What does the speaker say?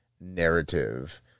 narrative